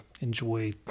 enjoy